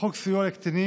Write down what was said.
התשע"ט 2018,